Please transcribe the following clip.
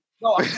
No